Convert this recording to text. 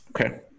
Okay